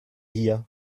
hier